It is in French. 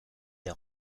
des